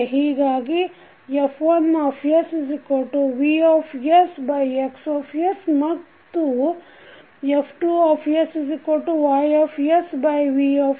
ಹೀಗಾಗಿ F1VX ಮತ್ತುF2YV